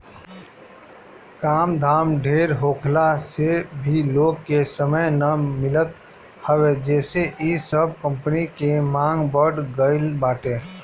काम धाम ढेर होखला से भी लोग के समय ना मिलत हवे जेसे इ सब कंपनी के मांग बढ़ गईल बाटे